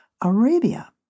Arabia